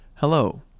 Hello